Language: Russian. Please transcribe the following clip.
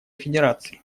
федерации